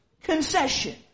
concession